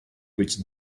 which